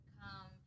come